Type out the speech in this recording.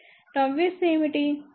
ΓS ఏమిటి